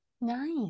nice